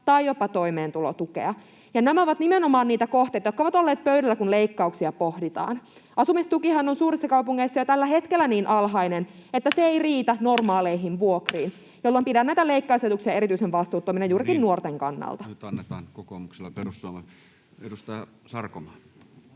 tai jopa toimeentulotukea — ja nämä ovat nimenomaan niitä kohteita, jotka ovat olleet pöydällä, kun leikkauksia pohditaan. Asumistukihan on suurissa kaupungeissa jo tällä hetkellä niin alhainen, että se ei riitä normaaleihin vuokriin, jolloin pidän näitä leikkausajatuksia erityisen vastuuttomina juurikin nuorten kannalta. No niin, nyt annetaan kokoomukselle ja perussuomalaisille. — Edustaja Sarkomaa.